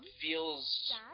feels